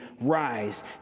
rise